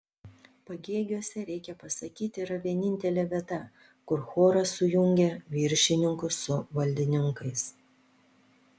pagėgiuose reikia pasakyti yra vienintelė vieta kur choras sujungia viršininkus su valdininkais